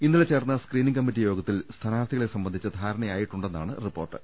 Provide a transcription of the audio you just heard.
ഇന്നലെ ചേർന്ന screening committee യോഗത്തിൽ സ്ഥാനാർത്ഥികളെ സംബന്ധിച്ച ധാരണയായിട്ടുണ്ടെന്നാണ് റിപ്പോർട്ട്